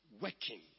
Working